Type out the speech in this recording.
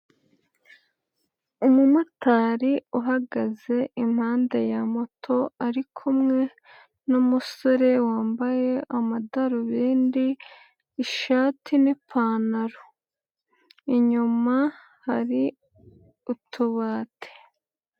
Umumotari uhagaze impande ya moto arikumwe n'umusore wambaye amadarubindi, ishati n'ipantaro inyuma hari utubati.